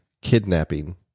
kidnapping